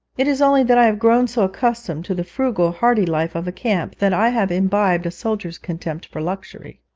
it is only that i have grown so accustomed to the frugal, hardy life of a camp, that i have imbibed a soldier's contempt for luxury